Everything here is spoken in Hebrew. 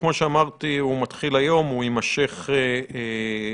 כמו שאמרתי, הוא מתחיל היום, הוא יימשך מחר.